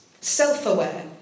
self-aware